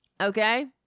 Okay